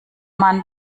mann